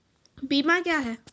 बीमा क्या हैं?